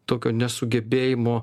tokio nesugebėjimo